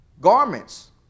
Garments